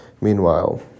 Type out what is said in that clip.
Meanwhile